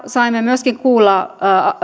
saimme myöskin kuulla